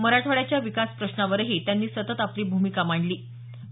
मराठवाड्याच्या विकास प्रश्नांवरही त्यांनी सतत आपली भुमिका मांडत राहीले